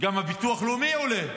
גם הביטוח הלאומי עולה.